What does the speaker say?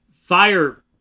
fire